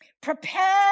prepare